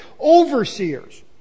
overseers